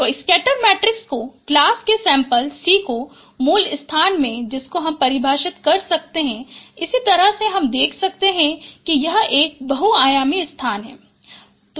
तो scatter matrix को class के सैंपल C को मूल स्थान में जिसको हम परिभाषित कर सकते हैं इसी तरह हम देख सकते हैं कि यह एक बहुआयामी स्थान है